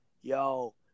yo